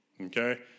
Okay